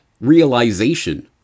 realization